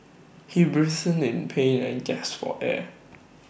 he writhed in pain and gasped for air